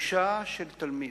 התחושה של תלמיד,